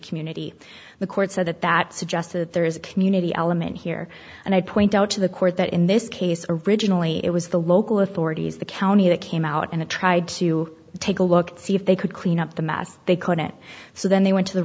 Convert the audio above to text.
community the court said that that suggests that there is a community element here and i'd point out to the court that in this case originally it was the local authorities the county they came out and tried to take a look to see if they could clean up the mess they call it so then they went to the